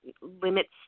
limits